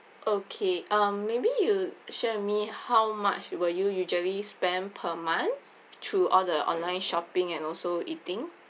okay um maybe you share with me how much will you usually spend per month through all the online shopping and also eating